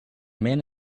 man